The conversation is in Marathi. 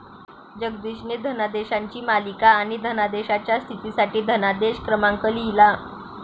जगदीशने धनादेशांची मालिका आणि धनादेशाच्या स्थितीसाठी धनादेश क्रमांक लिहिला